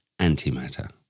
antimatter